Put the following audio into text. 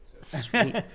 Sweet